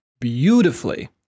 beautifully